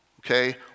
okay